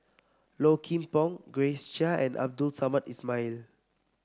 Low Kim Pong Grace Chia and Abdul Samad Ismail